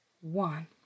One